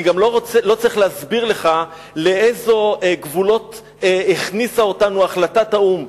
אני גם לא צריך להסביר לך לאיזה גבולות הכניסה אותנו החלטת האו"ם,